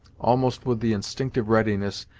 almost with the instinctive readiness,